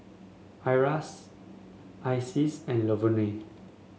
Shira Isis and Lavonne